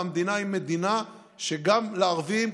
והמדינה היא מדינה שגם לערבים,